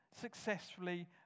successfully